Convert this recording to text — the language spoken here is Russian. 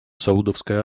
саудовской